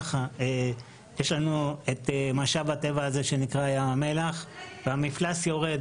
יש לנו את משאב הטבע שנקרא ים המלח ומפלס המים יורד.